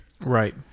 Right